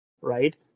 right